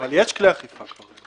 אבל יש כלי האכיפה כבר.